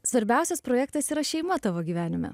svarbiausias projektas yra šeima tavo gyvenime